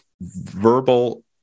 verbal